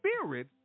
Spirit